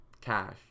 cash